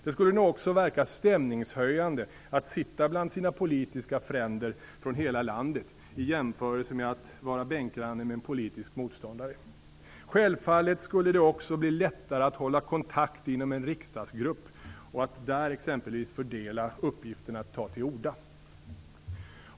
Det skulle nog också verka stämningshöjande att sitta bland sina politiska fränder från hela landet i jämförelse med att vara bänkgranne med en politisk motståndare. Självfallet skulle det också bli lättare att hålla kontakt inom en riksdagsgrupp och att där exempelvis fördela uppgiften att ta till orda.